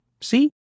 See